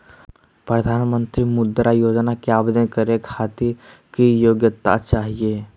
प्रधानमंत्री मुद्रा योजना के आवेदन करै खातिर की योग्यता चाहियो?